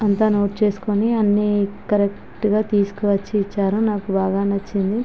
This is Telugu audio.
అంత నోట్ చేసుకొని అన్ని కరెక్టుగా తీసుకువచ్చి ఇచ్చారు నాకు బాగా నచ్చింది